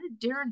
Darren